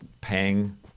paying